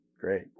great